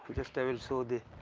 just i will show the,